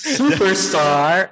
superstar